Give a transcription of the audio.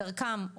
דרכם,